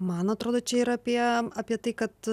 man atrodo čia yra apie apie tai kad